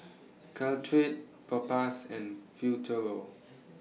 Caltrate Propass and Futuro